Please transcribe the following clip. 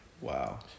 Wow